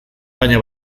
baina